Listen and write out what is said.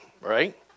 right